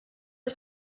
are